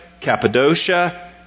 Cappadocia